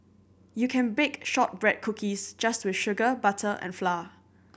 you can bake shortbread cookies just with sugar butter and flour